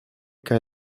kaj